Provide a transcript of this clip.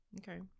Okay